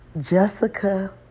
Jessica